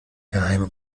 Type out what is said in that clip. geheime